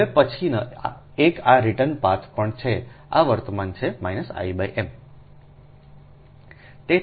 હવે પછીનો એક આ રીટર્ન પાથ પણ છે આ વર્તમાન છે I m